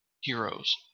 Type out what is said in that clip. heroes